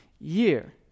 year